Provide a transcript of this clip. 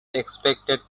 expected